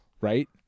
right